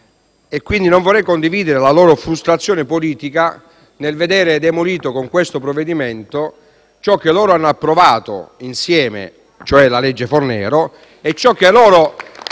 e quindi non vorrei condividere la loro frustrazione politica nel vedere demolito, con questo provvedimento, ciò che loro hanno approvato insieme, cioè la legge Fornero *(Applausi